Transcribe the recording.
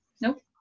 nope